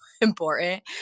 important